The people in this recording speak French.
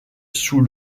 sous